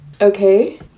Okay